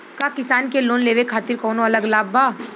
का किसान के लोन लेवे खातिर कौनो अलग लाभ बा?